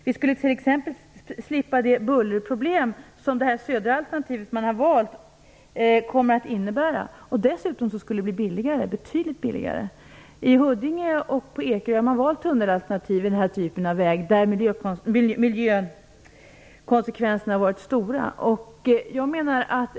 Vi skulle t.ex. slippa det bullerproblem som det södra alternativet, som man har valt, kommer att innebära. Dessutom skulle det blir betydligt billigare. I Huddinge och på Ekerö har man valt tunnelalternativet vid den här typen av vägar där miljökonsekvenserna har varit stora.